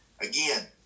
Again